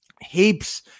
heaps